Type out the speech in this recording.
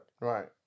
Right